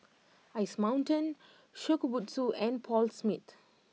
Ice Mountain Shokubutsu and Paul Smith